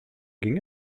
ging